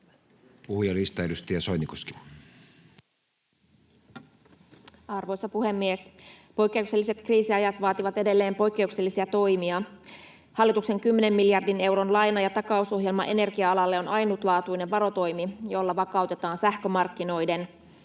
Puhujalistaan. — Edustaja Soinikoski. Arvoisa puhemies! Poikkeukselliset kriisiajat vaativat edelleen poikkeuksellisia toimia. Hallituksen kymmenen miljardin euron laina- ja takausohjelma energia-alalle on ainutlaatuinen varotoimi, jolla vakautetaan sähkömarkkinoiden